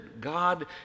God